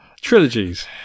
Trilogies